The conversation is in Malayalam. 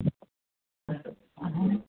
അതാരാ